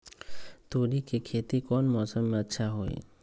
तोड़ी के खेती कौन मौसम में अच्छा होई?